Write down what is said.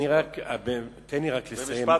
תן לי לסיים.